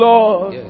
Lord